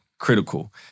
critical